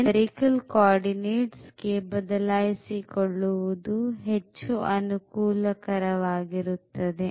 ಎಂದಿನಂತೆ ಇದನ್ನು spherical coordinate ಗೆ ಬದಲಾಯಿಸಿಕೊಳ್ಳುವುದು ಅನುಕೂಲಕರವಾಗಿರುತ್ತದೆ